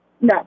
no